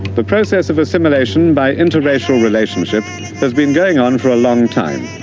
the process of assimilation by interracial relationships has been going on for a long time,